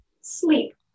sleep